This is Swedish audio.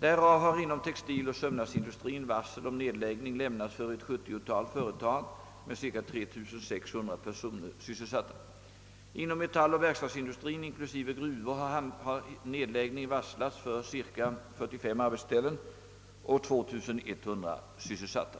Därav har inom textiloch sömnadsindustrien varsel om nedläggning lämnats för ett 70-tal företag med cirka 3 600 personer sysselsatta. Inom metalloch verkstadsindustrien inklusive gruvor har nedläggning varslats för cirka 45 arbetsställen och 2100 sysselsatta.